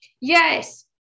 Yes